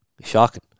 shocking